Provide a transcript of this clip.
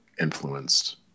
influenced